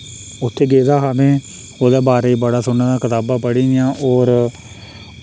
उत्थै गेदा हा में ओह्दे बारे बड़ा सुने दा कताबां पढ़ी दियां और